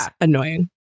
annoying